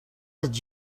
did